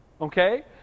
okay